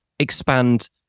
expand